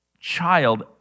child